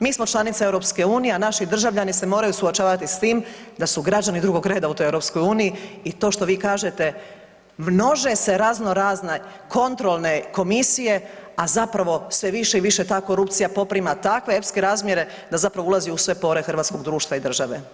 Mi smo članica EU, a naši državljani se moraju suočavati s tim da su građani drugog reda u toj EU i to što vi kažete množe se razno razna kontrolne komisije, a zapravo sve više i više ta korupcija poprima takve epske razmjere da zapravo ulazi u sve pore hrvatskog društva i države.